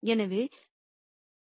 எனவே இதை f என்று எழுதுகிறேன்